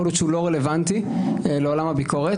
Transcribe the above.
להיות שהוא לא רלוונטי לעולם הביקורת,